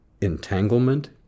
Entanglement